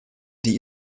die